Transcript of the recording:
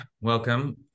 Welcome